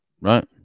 right